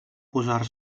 posar